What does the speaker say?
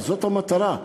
וזאת המטרה,